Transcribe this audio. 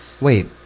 wait